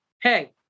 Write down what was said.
Hey